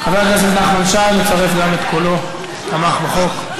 חבר הכנסת נחמן שי מצרף גם את קולו, תמך בחוק.